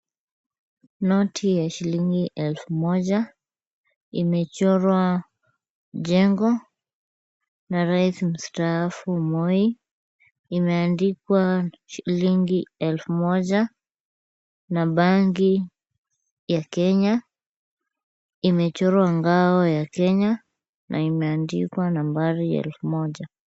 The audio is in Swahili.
Noti ya shilingi elfu moja, imechorwa jengo na rais mstaafu Moi. Imeandikwa shilingi elfu moja na bank ya Kenya. Imechorwa ngao ya Kenya na imeandikwa nambari elfu moja.